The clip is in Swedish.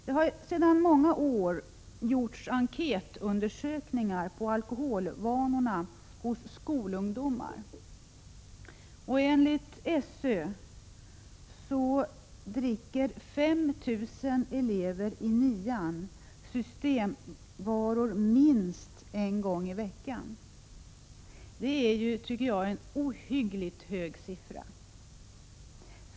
Det har sedan många år gjorts enkätundersökningar om alkoholvanorna hos skolungdomar. Enligt SÖ dricker 5 000 elever i nian systemvaror minst en gång i veckan. Det är, tycker jag, en ohyggligt hög siffra.